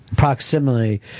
Proximity